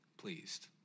pleased